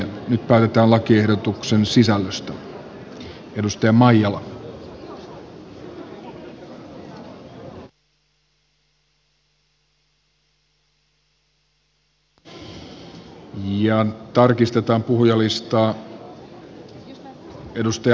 nyt päätetään lakiehdotuksen sisällöstä